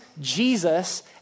Jesus